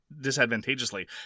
disadvantageously